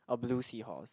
a blue seahorse